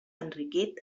enriquit